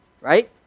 right